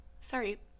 Sorry